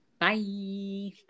Bye